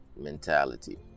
mentality